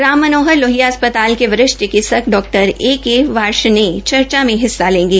राम मनोहर लोहिया अस्पताल के वरिष्ठ चिकित्सक डॉ ए के वार्ष्णेय चर्चा मे हिस्सा लेंगे